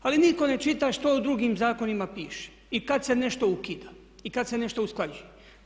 Ali nitko ne čita što u drugim zakonima piše i kad se nešto ukida i kad se nešto usklađuje.